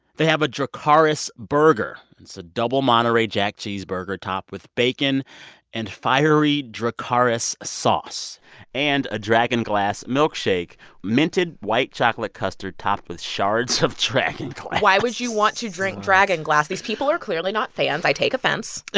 they have a dracarys burger. it's a double monterrey jack cheeseburger topped with bacon and fiery dracarys sauce and a dragonglass milkshake minted, white chocolate custard topped with shards of dragonglass why would you want to drink dragonglass? these people are clearly not fans. i take offense.